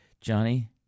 Johnny